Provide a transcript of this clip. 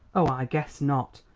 oh, i guess not.